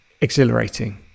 exhilarating